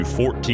14